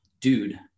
dude